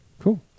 Cool